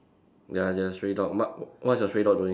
ya there's a stray dog but what's your stray dog doing